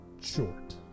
short